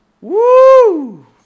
Woo